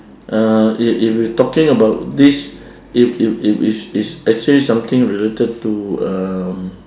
uh if if you talking about this if if if if it's actually something related to um